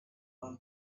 deux